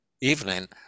evening